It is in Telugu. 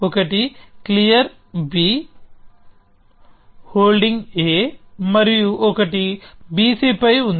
ఒకటి క్లియర్ హోల్డింగ్ a మరియు ఒకటి bc పై ఉంది